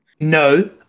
No